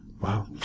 Wow